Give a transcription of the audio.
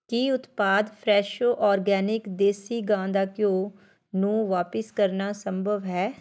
ਕੀ ਉਤਪਾਦ Fresho organic ਦੇਸੀ ਗਾਂ ਦਾ ਘਿਉ ਨੂੰ ਵਾਪਸ ਕਰਨਾ ਸੰਭਵ ਹੈ